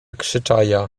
krzyczaia